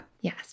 Yes